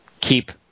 keep